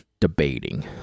debating